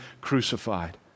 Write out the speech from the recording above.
crucified